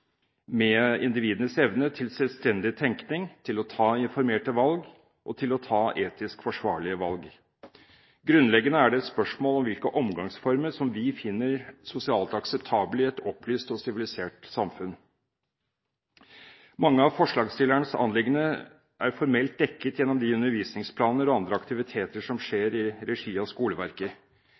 med individenes evne til selvstendig tenkning, til å ta informerte valg og til å ta etisk forsvarlige valg. Grunnleggende er det et spørsmål om hvilke omgangsformer vi finner sosialt akseptable i et opplyst og sivilisert samfunn. Mange av forslagsstillerens anliggende er formelt dekket gjennom de undervisningsplaner og andre aktiviteter som skjer i regi av skoleverket.